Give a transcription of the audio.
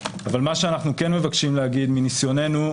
אבל מה שאנו מבקשים לומר מניסיוננו,